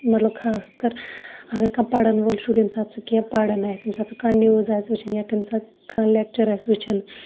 مطلب خاص کَر اگر کانہہ پَرن وول شُر ییمہِ ساتہٕ سُہ کیٚنٛہہ پرن آسہِ ییٚمہِ ساتہٕ سُہ کانہہ نوٕز آسہِ وٕچھان یا ییٚمہِ ساتہٕ کانہہ لیکچر آسہِ وٕچھان